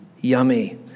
yummy